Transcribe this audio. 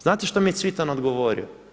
Znate šta mi je Cvitan odgovorio?